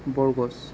বৰগছ